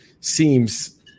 seems